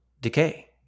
decay